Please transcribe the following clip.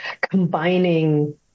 combining